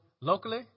locally